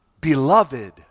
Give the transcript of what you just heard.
beloved